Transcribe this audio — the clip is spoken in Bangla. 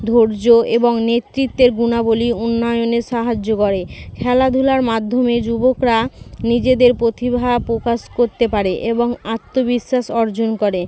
ধৈর্য এবং নেতৃত্বের গুণাবলী উন্নয়নে সাহায্য করে খেলাধূলার মাধ্যমে যুবকরা নিজেদের প্রতিভা প্রকাশ করতে পারে এবং আত্মবিশ্বাস অর্জন করে